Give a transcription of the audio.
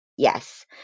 Yes